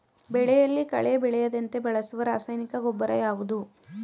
ಬೆಳೆಯಲ್ಲಿ ಕಳೆ ಬೆಳೆಯದಂತೆ ಬಳಸುವ ರಾಸಾಯನಿಕ ಗೊಬ್ಬರ ಯಾವುದು?